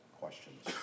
questions